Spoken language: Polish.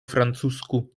francusku